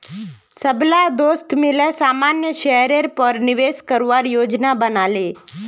सबला दोस्त मिले सामान्य शेयरेर पर निवेश करवार योजना बना ले